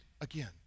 again